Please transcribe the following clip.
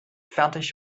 fertig